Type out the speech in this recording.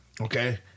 Okay